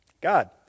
God